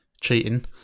cheating